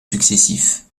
successifs